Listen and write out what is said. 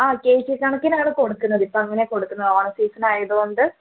ആ K G കണക്കിനാണ് കൊടുക്കുന്നത് ഇപ്പം അങ്ങനാണ് കൊടുക്കുന്നത് ഓണ സീസൻ ആയത് കൊണ്ട്